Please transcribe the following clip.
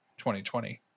2020